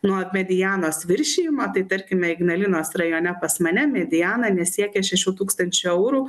nuo medianos viršijimo tai tarkime ignalinos rajone pas mane mediana nesiekė šešių tūkstančių eurų